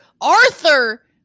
Arthur